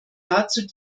dazu